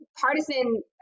partisan